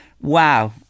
Wow